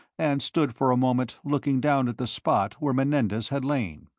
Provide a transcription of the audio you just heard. and stood for a moment looking down at the spot where menendez had lain.